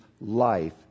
life